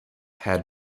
had